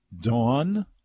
Dawn